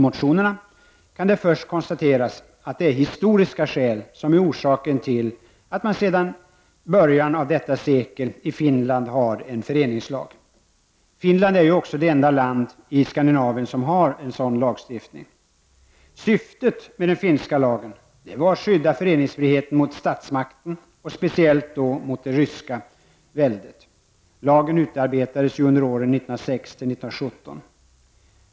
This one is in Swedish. motionerna, kan det först konstateras att det är historiska skäl till att man sedan början av detta sekel i Finland har en föreningslag. Finland är ju också det enda land i Norden som har en sådan lagstiftning. Syftet med den finska lagen var att skydda föreningsfriheten mot statsmakten och speciellt då mot det ryska väldet. Lagen utarbetades under åren 1906-1917.